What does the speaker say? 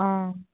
অঁ